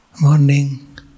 Morning